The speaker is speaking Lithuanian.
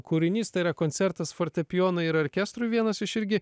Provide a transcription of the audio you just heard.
kūrinys yra koncertas fortepijonui ir orkestrui vienas iš irgi